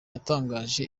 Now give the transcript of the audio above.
yatangaje